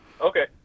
Okay